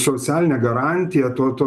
socialinę garantiją to to